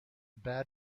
baden